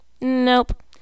nope